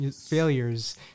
failures